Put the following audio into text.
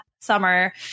summer